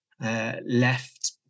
left